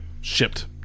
shipped